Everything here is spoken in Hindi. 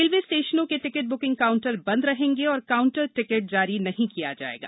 रेलवे स्टेशनों के टिकट ब्किंग काउंटर बंद रहेंगे और काउंटर टिकट जारी नहीं किया जाएगा